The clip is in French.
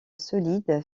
solide